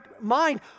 mind